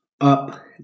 Up